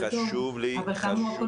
אבל כאמור,